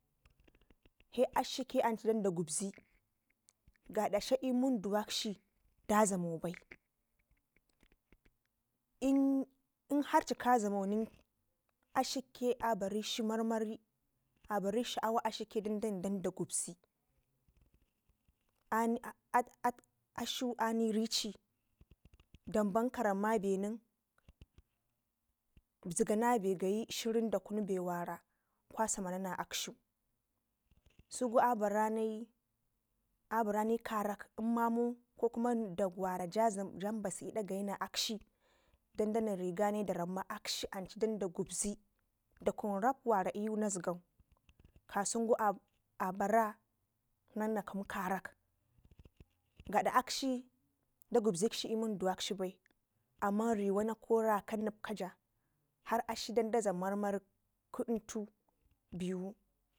he akshiye ancu danda gubzi gada dla munduwakshi da dlamo bai in inharcika dla mo nen akshi ye abarikshi marmari abarikshi sha'awa akashiye danda gubzi akshuke anii irici danban karan na be nen zigan a be gayi shirin dakunu be wara kwasamana na akshu sugu abarani karak ko mamau dakwara jan ba su l'dak gayi na akshi dan danai riganai daramma akshi ancu dan da gubzi dakun rab wara iyu nazga u kasɘngu abara nan na gɘmmu karak kada akshi da zubzikshi l'munduwakshibai amma ri wana ko rakan nebkɘja har akshi danda dlam marmari kɘ intu biwu.